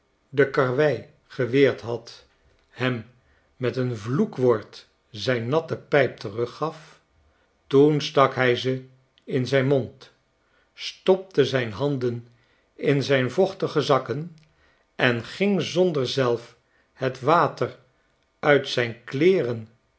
de karwei geweerd had hem met een vloekwoord zijn natte pijp terug gaf toen stak hij ze in zijn niond stopte zijn handen in zijn vochtige zakken en ging zonder zelf het water uit zijn kleeren